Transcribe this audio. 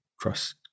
trust